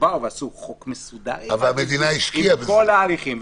שעשו חוק מסודר עם כל ההליכים,